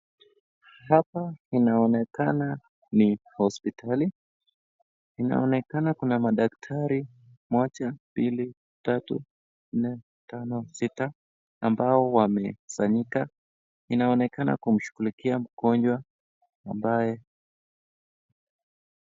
Hapa inaonekana ni hospitali. Inaonekana kuna madaktari moja, mbili, tatu, nne, tano, sita ambao wamekusanyika. Inaonekanya kumshughulikia mgonjwa ambaye...